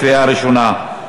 בקריאה ראשונה.